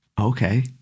Okay